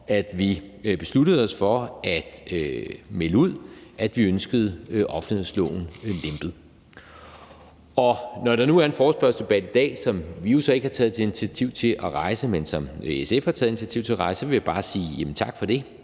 at vi besluttede os for at melde ud, at vi ønskede offentlighedsloven lempet. Og når der nu er en forespørgselsdebat i dag, som vi jo så ikke har taget initiativ til at rejse, men som SF har taget initiativ til at rejse, så vil jeg bare sige tak for det,